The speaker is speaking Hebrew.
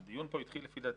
הדיון פה התחיל, לפי דעתי,